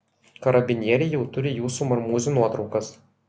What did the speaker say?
karabinieriai jau turi jūsų marmūzių nuotraukas